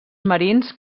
marins